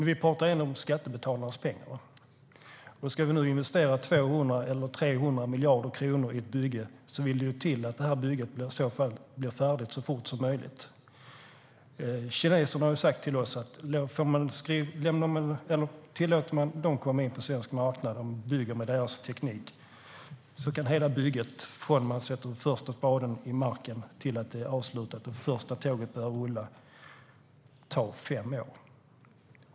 Herr talman! Vi talar igen om skattebetalarnas pengar. Ska vi nu investera 200 eller 300 miljarder kronor i ett bygge vill det till att det bygget blir färdigt så fort som möjligt. Kineserna har sagt till oss att om man tillåter dem att komma in på svensk marknad och bygger med deras teknik kan hela bygget ta fem år från att första spaden sätts i marken till att det är avslutat och det första tåget börjar rulla.